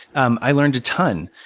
um i learned a ton.